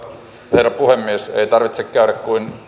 herra puhemies ei tarvitse käydä kuin